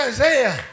Isaiah